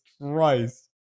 Christ